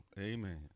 amen